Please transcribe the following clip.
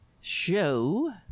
show